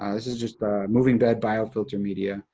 ah this is just moving bed biofilter media.